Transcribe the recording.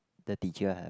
the teacher